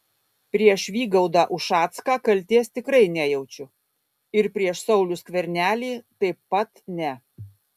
prieš vygaudą ušacką kaltės tikrai nejaučiu ir prieš saulių skvernelį taip pat ne